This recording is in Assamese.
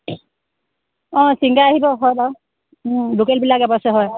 অ' ছিংগাৰ আহিব হয় বাৰু